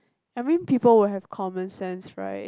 I mean people will have common sense right